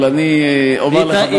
אבל אני אומר לך משהו,